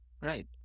Right